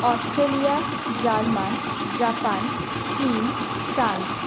Australia German Japan চিন France